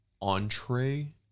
entree